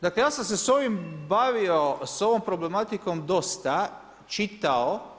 Dakle, ja sam se s ovim bavio, s ovom problematikom dosta, čitao.